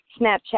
Snapchat